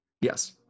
Yes